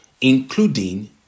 including